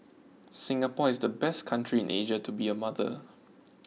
Singapore is the best country in Asia to be a mother